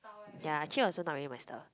ya actually also not really my style